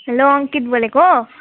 hello Ankit बोलेको हो